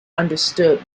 understood